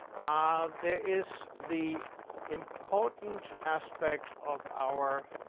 ah there is the important aspect of our